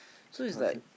two thousand